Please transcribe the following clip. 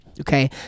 Okay